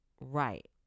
right